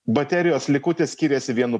baterijos likutis skyrėsi vienu